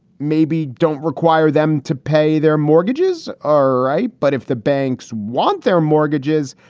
maybe don't require them to pay. their mortgages are right. but if the banks want their mortgages.